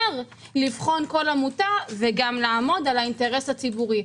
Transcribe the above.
לבחון כל עמותה וגם לעמוד על האינטרס הציבורי.